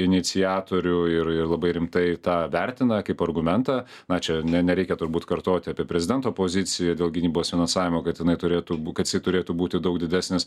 iniciatorių ir ir labai rimtai tą vertina kaip argumentą na čia ne nereikia turbūt kartoti apie prezidento poziciją dėl gynybos finansavimo kad jinai turėtų kad jisai turėtų būti daug didesnis